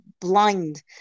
blind